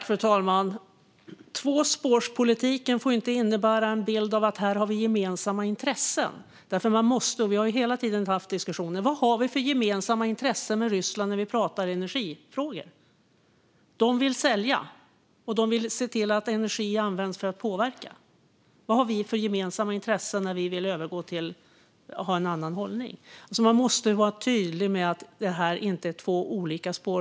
Fru talman! Tvåspårspolitiken får inte innebära en bild av att vi har gemensamma intressen här. Vi har hela tiden haft diskussioner om vad vi har för gemensamma intressen med Ryssland när vi pratar energifrågor. De vill sälja, och de vill se till att energi används för att påverka. Vad har vi för gemensamma intressen med dem när vi vill övergå till att ha en annan hållning? Man måste vara tydlig med att det här inte är två olika spår.